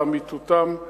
לאמיתותם,